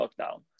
lockdown